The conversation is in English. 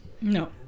No